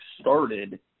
started